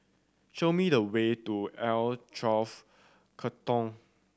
show me the way to L Twelve Katong